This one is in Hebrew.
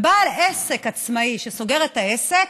בעל עסק עצמאי שסוגר את העסק,